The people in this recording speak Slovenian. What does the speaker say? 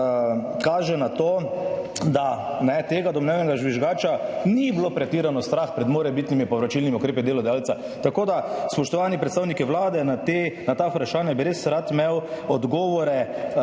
kaže na to, da tega domnevnega žvižgača ni bilo pretirano strah pred morebitnimi povračilnimi ukrepi delodajalca. Spoštovani predstavniki Vlade, na ta vprašanja bi res rad imel odgovore,